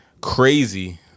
crazy